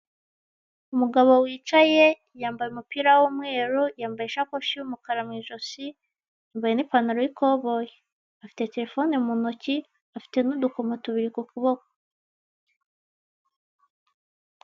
Umugabo wicaye yambaye umupira w'umweru, yambaye ishakoshi y'umukara mu ijosi, yambaye n'ipantaro y'ikoboyi, afite telefone mu ntoki, afite n'udukomo tubiri ku kuboko